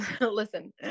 listen